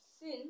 sin